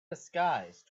disguised